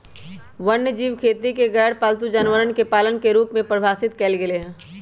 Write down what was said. वन्यजीव खेती के गैरपालतू जानवरवन के पालन के रूप में परिभाषित कइल गैले है